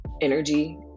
energy